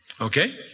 Okay